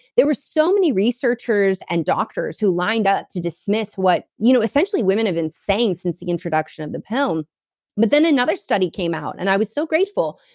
there were so many researchers and doctors who lined up to dismiss dismiss what, you know essentially, women have been saying since the introduction of the pill um but then another study came out, and i was so grateful,